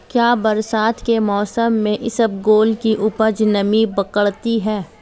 क्या बरसात के मौसम में इसबगोल की उपज नमी पकड़ती है?